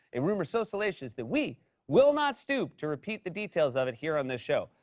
a rumor so salacious that we will not stoop to repeat the details of it here on this show.